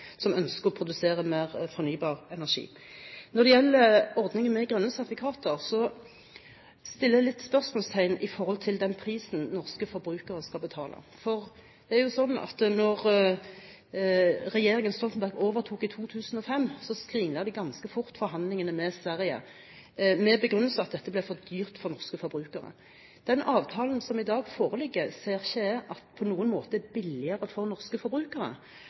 som ønsker å produsere mer fornybar energi. Når det gjelder ordningen med grønne sertifikater, setter jeg spørsmålstegn ved den prisen norske forbrukere skal betale. Det var jo sånn at da regjeringen Stoltenberg overtok i 2005, skrinla en ganske fort forhandlingene med Sverige med den begrunnelse at dette ble for dyrt for norske forbrukere. Den avtalen som i dag foreligger, ser ikke jeg at på noen måte er billigere for norske forbrukere.